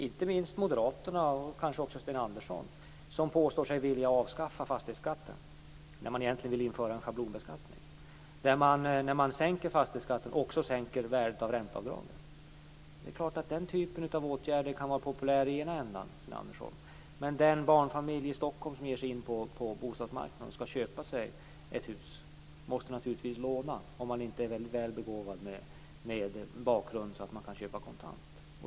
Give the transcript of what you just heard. Inte minst moderaterna och kanske också Sten Andersson påstår sig vilja avskaffa fastighetsskatten när de egentligen vill införa en schablonbeskattning. När man sänker fastighetsskatten sänker man också värdet av ränteavdragen. Det är klart att den typen av åtgärder kan vara populära i ena ändan. Men den barnfamilj i Stockholm som skall köpa sig ett hus måste naturligtvis låna pengar, om inte bakgrunden är sådan att man kan köpa kontant.